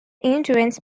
insurance